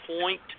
point